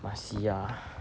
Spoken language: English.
must see ah